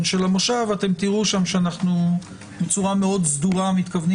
של המושב ואתם תראו שם שאנחנו בצורה מאוד סדורה מתכוונים